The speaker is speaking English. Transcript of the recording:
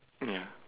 ya